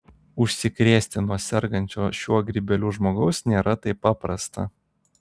užsikrėsti nuo sergančio šiuo grybeliu žmogaus nėra taip paprasta